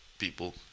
people